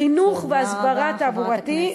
חינוך והסברה תעבורתיים,